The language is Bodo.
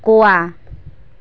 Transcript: ग'वा